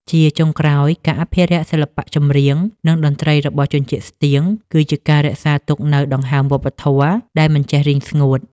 ជាចុងក្រោយ ការអភិរក្សសិល្បៈចម្រៀង និងតន្ត្រីរបស់ជនជាតិស្ទៀង គឺជាការរក្សាទុកនូវដង្ហើមវប្បធម៌ដែលមិនចេះរីងស្ងួត។